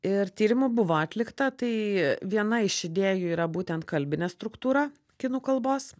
ir tyrimų buvo atlikta tai viena iš idėjų yra būtent kalbinė struktūra kinų kalbos